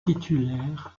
titulaire